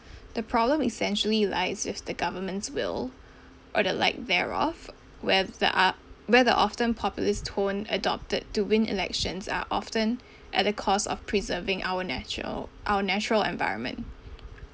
the problem essentially lies with the government's will or the lack thereof where the uh where the often populist tone adopted to win elections are often at the cost of preserving our natural our natural environment